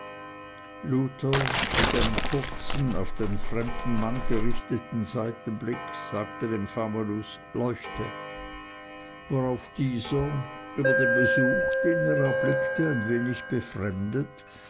mit einem kurzen auf den fremden mann gerichteten seitenblick sagte dem famulus leuchte worauf dieser über den besuch den er erblickte ein wenig befremdet